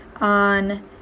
on